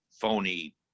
phony